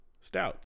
stout